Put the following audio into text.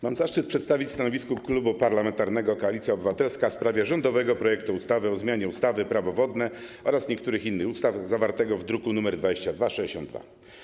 Mam zaszczyt przedstawić stanowisko Klubu Parlamentarnego Koalicja Obywatelska w sprawie rządowego projektu ustawy o zmianie ustawy - Prawo wodne oraz niektórych innych ustaw, zawartego w druku nr 2262.